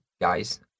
guys